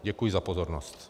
Děkuji za pozornost.